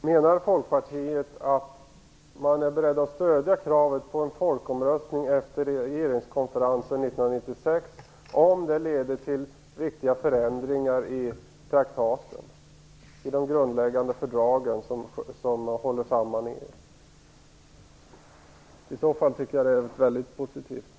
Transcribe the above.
Herr talman! Menar Birgit Friggebo att Folkpartiet är berett att stödja kravet på en folkomröstning efter regeringskonferensen 1996 om den leder till viktiga förändringar i de grundläggande fördrag som håller samman EU? Det tycker jag i så fall är väldigt positivt.